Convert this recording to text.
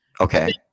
Okay